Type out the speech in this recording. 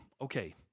Okay